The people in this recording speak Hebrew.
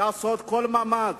לעשות כל מאמץ.